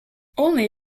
only